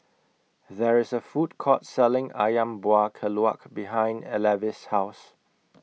There IS A Food Court Selling Ayam Buah Keluak behind Levy's House